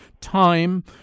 time